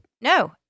No